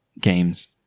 games